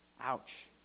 Ouch